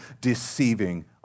deceiving